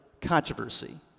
Controversy